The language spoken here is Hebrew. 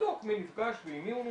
לפגוש מי נפגש ועם מי הוא נפגש,